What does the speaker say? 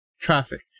traffic